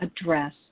Address